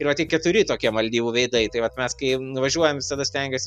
yra tik keturi tokie maldyvų veidai tai vat mes kai nuvažiuojam visada stengiuosi